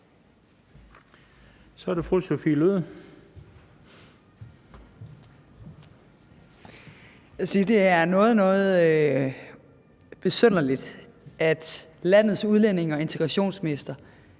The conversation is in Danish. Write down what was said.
(V): Jeg vil sige, at det er noget besynderligt, at landets udlændinge- og integrationsminister